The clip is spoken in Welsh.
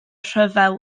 rhyfel